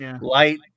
light